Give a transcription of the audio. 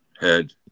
head